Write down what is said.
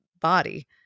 body